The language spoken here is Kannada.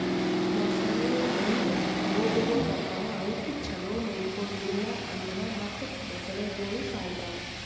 ಮೊಸಳೆಗೊಳಿಗ್ ರೋಗಗೊಳ್ ಬರ್ತಾವ್ ಅವುಕ್ ಛಲೋ ನೊಡ್ಕೊಂಡಿಲ್ ಅಂದುರ್ ಮತ್ತ್ ಮೊಸಳೆಗೋಳು ಸಾಯಿತಾವ್